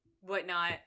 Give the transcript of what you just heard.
whatnot